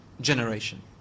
generation